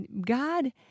God